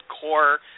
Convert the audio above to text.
core